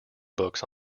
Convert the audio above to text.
books